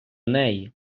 неї